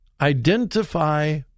identify